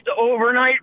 overnight